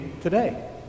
today